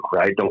right